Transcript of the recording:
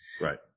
Right